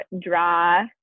draw